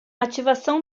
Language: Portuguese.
ativação